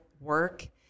work